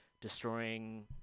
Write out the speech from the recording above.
destroying